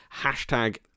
hashtag